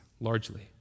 largely